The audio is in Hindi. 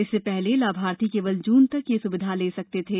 इससे पहले लाभार्थी केवल जून तक यह सुविधा ले सकते थे